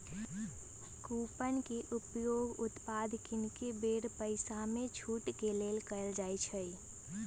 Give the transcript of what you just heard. coupon के उपयोग उत्पाद किनेके बेर पइसामे छूट के लेल कएल जाइ छइ